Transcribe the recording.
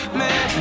man